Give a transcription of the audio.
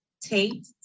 Tate